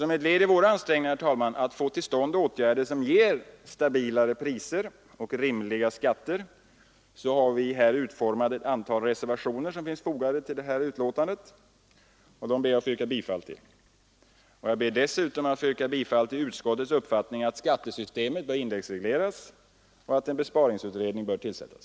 Som ett led i våra ansträngningar att få till stånd åtgärder som ger stabilare priser och rimliga skatter har vi utformat ett antal reservationer som fogats till detta utskottsbetänkande. Jag ber att få yrka bifall till dessa. Jag ber därutöver att få yrka bifall till utskottets förslag att skattesystemet bör indexregleras och att en besparingsutredning bör tillsättas.